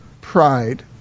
pride